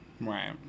right